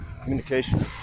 Communication